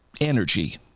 energy